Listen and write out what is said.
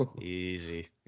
Easy